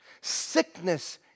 sickness